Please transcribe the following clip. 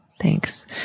thanks